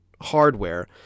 hardware